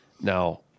Now